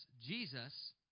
Jesus